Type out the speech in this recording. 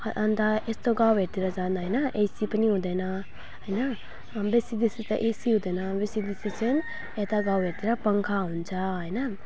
अन्त यस्तो गाउँहरूतिर झन् होइन एसी पनि हुँदैन होइन बेसी बेसी त एसी हुँदैन बेसी बेसी चाहिँ यता गाउँहरूतिर पङ्खा हुन्छ होइन